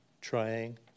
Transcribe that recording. trying